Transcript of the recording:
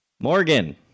Morgan